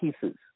pieces